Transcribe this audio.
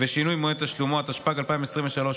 ושינוי מועד תשלומו), התשפ"ג 2023,